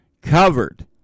Covered